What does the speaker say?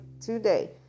today